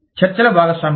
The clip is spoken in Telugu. చర్చల భాగస్వాములు